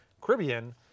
Caribbean